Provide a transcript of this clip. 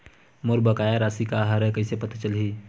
मोर बकाया राशि का हरय कइसे पता चलहि?